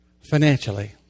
financially